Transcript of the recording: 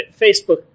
Facebook